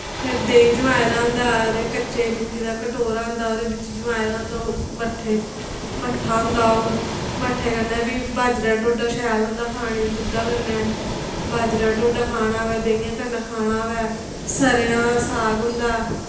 फिर देहिं जमाए दा होंदा ओह्दे कच्चे मिट्टी दा कटोरा होंदा ओह्दे बिच जमाए दा होंदे उस मट्ठे च मट्ठा होंदा ओह् मट्ठे कन्नै बी बाजरे दा टोडा शैल होंदा खाने गी दूधै कन्नै बाजरे दा टोडा खाना होऐ देहिये कन्नै खाना होऐ सरेआं दा साग होंदा